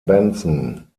benson